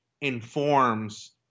informs